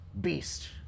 beast